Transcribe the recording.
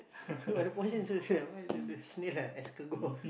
but the portion so why the the snail like escargot